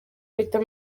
mpita